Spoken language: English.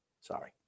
Sorry